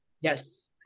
yes